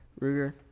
Ruger